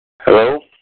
Hello